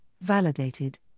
validated